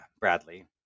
Bradley